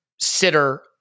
sitter